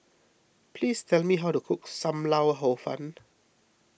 please tell me how to cook Sam Lau Hor Fun